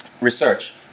research